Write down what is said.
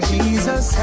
Jesus